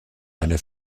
eine